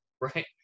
Right